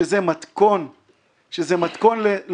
שזה מתכון לתאונות.